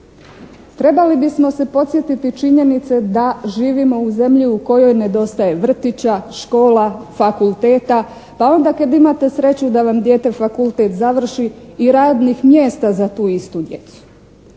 Trebali bismo se podsjetiti činjenice da živimo u zemlji u kojoj nedostaje vrtića, škola, fakulteta, pa onda kad imate sreću da vam dijete fakultet završi i radnih mjesta za tu istu djecu.